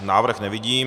Návrh nevidím.